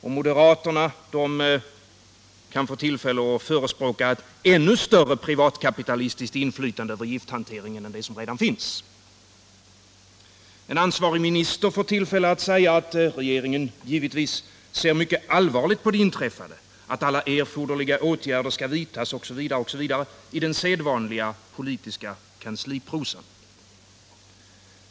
Och moderaterna kan få tillfälle att förespråka ett ännu större privatkapitalistiskt inflytande över gifthanteringen än det som redan finns. En ansvarig minister får tillfälle att säga att regeringen givetvis ser mycket allvarligt på det inträffade, att alla erforderliga åtgärder skall vidtas osv. på den sedvanliga politiska kansliprosan.